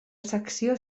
secció